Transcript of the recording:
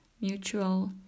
mutual